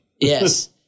yes